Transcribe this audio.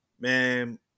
Man